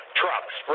trucks